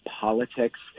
politics